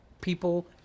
people